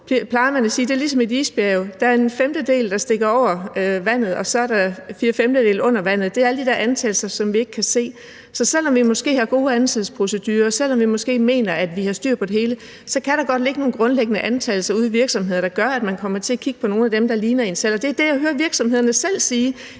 er ligesom et isbjerg: Der er en femtedel, der stikker over vandet, og så er der fire femtedel under vandet, og det er alle de der antagelser, som vi ikke kan se. Så selv om vi måske har gode ansættelsesprocedurer, og selv om vi måske mener, at vi har styr på det hele, kan der godt ligge nogle grundlæggende antagelser ude i virksomhederne, der gør, at man kommer til at kigge på nogle af dem, der ligner en selv, og det er det, jeg hører virksomhederne selv sige.